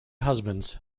husbands